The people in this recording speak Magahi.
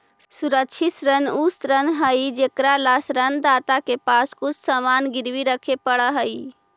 सुरक्षित ऋण उ ऋण हइ जेकरा ला ऋण दाता के पास कुछ सामान गिरवी रखे पड़ऽ हइ